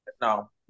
No